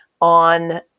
on